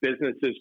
businesses